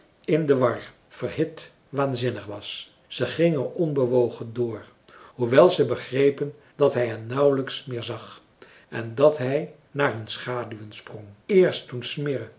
in den war verhit waanzinnig was ze gingen onbewogen door hoewel ze begrepen dat hij hen nauwelijks meer zag en dat hij naar hun schaduwen sprong eerst toen smirre